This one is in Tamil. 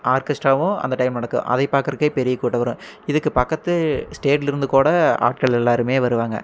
ஆர்கெஸ்ட்ராவும் அந்த டைம் நடக்கும் அதை பார்க்குறக்கே பெரிய கூட்டம் வரும் இதுக்கு பக்கத்து ஸ்டேட்லருந்து கூட ஆட்கள் எல்லாருமே வருவாங்க